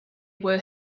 were